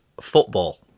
football